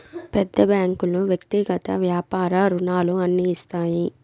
పెద్ద బ్యాంకులు వ్యక్తిగత వ్యాపార రుణాలు అన్ని ఇస్తాయి